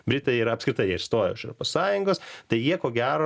britai yra apskritai išstoję iš sąjungos tai jie ko gero